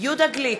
יהודה גליק,